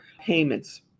payments